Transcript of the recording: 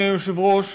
אדוני היושב-ראש,